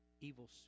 evil